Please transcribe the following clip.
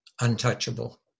untouchable